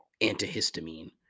antihistamine